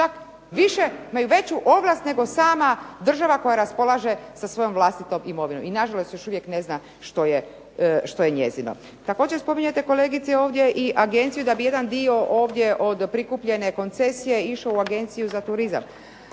Čak više, imaju veću ovlast nego sama država koja raspolaže sa svojom vlastitom imovinom i nažalost još uvijek ne zna što je njezino. Također spominjete kolegice ovdje i agenciju da bi jedan dio ovdje od prikupljene koncesije išao u agenciju za turizam,